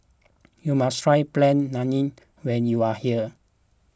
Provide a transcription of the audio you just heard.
you must try Plain Naan when you are here